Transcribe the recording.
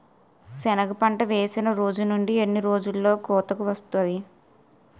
సెనగ పంట వేసిన రోజు నుండి ఎన్ని రోజుల్లో కోతకు వస్తాది?